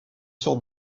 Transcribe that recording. sur